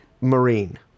Marine